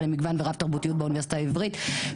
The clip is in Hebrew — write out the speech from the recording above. למגוון ורב-תרבותיות באוניברסיטה העברית,